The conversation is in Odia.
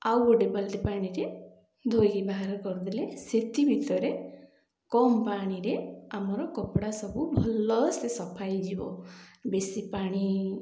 ଆଉ ଗୋଟେ ବାଲ୍ଟି ପାଣିରେ ଧୋଇକି ବାହାର କରିଦେଲେ ସେଥି ଭିତରେ କମ ପାଣିରେ ଆମର କପଡ଼ା ସବୁ ଭଲ ସେ ସଫା ହୋଇଯିବ ବେଶୀ ପାଣି